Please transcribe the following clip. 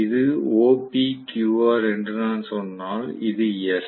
இது OPQR என்று நான் சொன்னால் இது S